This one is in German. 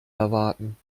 erwarten